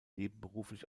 nebenberuflich